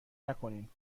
نکنین